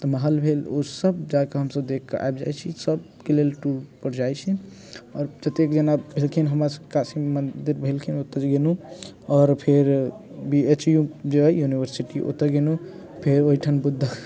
तऽ महल भेल ओसब जाके हमसब देख के आइब जाय छी सबके लेल टूर पर जाय छै और जतेक जेना भेलखिन हमरा सबके काशी मंदिर भेलखिन ओतय गेलौं और फेर बी एच यू जे अय यूनिवर्सिटी ओतय गेलौं फेर ओयठाम बुद्धा